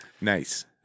Nice